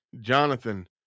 jonathan